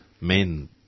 men